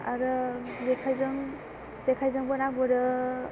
आरो जेखायजोंबो ना गुरो